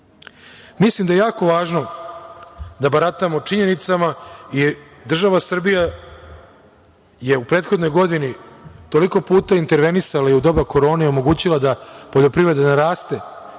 da je jako važno da baratamo činjenicama i država Srbija je u prethodnoj godini toliko puta intervenisala i u doba korone omogućila da poljoprivreda naraste